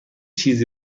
چیزی